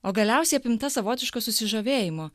o galiausiai apimta savotiško susižavėjimo